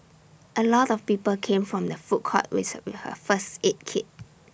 A lot of people came from the food court with A her first aid kit